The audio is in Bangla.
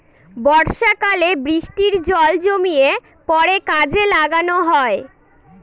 বর্ষাকালে বৃষ্টির জল জমিয়ে পরে কাজে লাগানো হয়